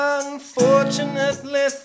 unfortunately